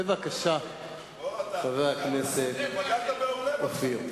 בבקשה, חבר הכנסת אופיר פינס.